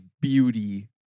beauty